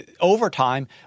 overtime